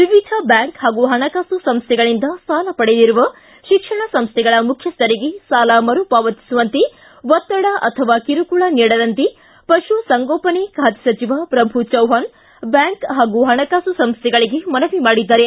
ವಿವಿಧ ಬ್ಯಾಂಕ್ ಹಾಗೂ ಹಣಕಾಸು ಸಂಸ್ಥೆಗಳಿಂದ ಸಾಲ ಪಡೆದಿರುವ ಶಿಕ್ಷಣ ಸಂಸ್ಥೆಗಳ ಮುಖ್ಯಸ್ಥರಿಗೆ ಸಾಲ ಮರುಪಾವತಿಸುವಂತೆ ಒತ್ತಡ ಅಥವಾ ಕಿರುಕುಳ ನೀಡದಂತೆ ಪಶು ಸಂಗೋಪನೆ ಖಾತೆ ಸಚಿವ ಪ್ರಭು ಚವ್ವಾಣ್ ಬ್ಯಾಂಕ್ ಹಾಗೂ ಹಣಕಾಸು ಸಂಸ್ಥೆಗಳಿಗೆ ಮನವಿ ಮಾಡಿದ್ದಾರೆ